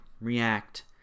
react